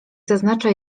zaznacza